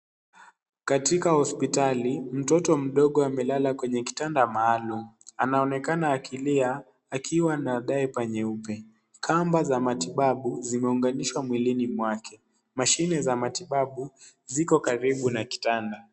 Katika hospitali mtoto mdogo amelala kwenye kitanda maalumu anaonekana akilia akiwa na diaper nyeupe. Kamba za matibabu zimeunganishwa mwilini mwake. Mashine za matibabu ziko karibu na kitanda.